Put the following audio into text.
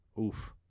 oof